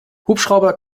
hubschrauber